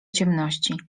ciemności